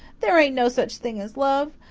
there ain't no such thing as love!